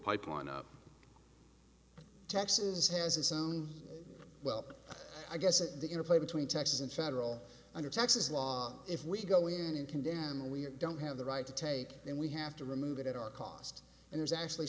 pipeline up texas has its own well i guess at the interplay between texas and federal under texas law if we go in and condemn or we don't have the right to take it then we have to remove it at our cost and there's actually